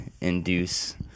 induce